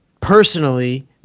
personally